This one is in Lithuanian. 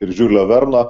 ir žiulio verno